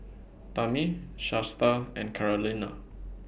Tammi Shasta and Carolina